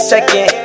second